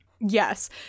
Yes